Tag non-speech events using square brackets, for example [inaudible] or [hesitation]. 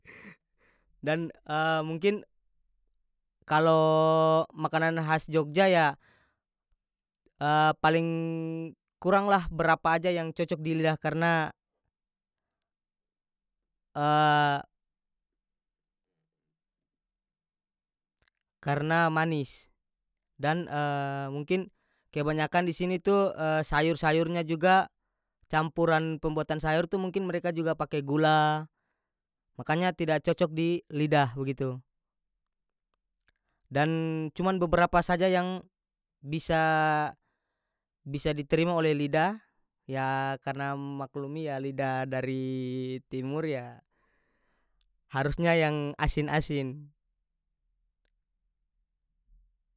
[laughs] dan [hesitation] mungkin kalo makanan has jogja ya [hesitation] paling kurang lah berapa aja yang cocok di lidah karena [hesitation] karena manis dan [hesitation] mungkin kebanyakan di sini tu [hesitation] sayur-sayurnya juga campuran pembuatan sayur tu mungkin mereka juga pake gula makanya tidak cocok di lidah bagitu dan cuman beberapa saja yang bisa- bisa diterima oleh lidah ya karena maklumi ya lida dari timur yah harusnya yang asin-asin.